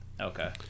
okay